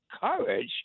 courage